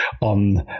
on